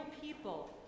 people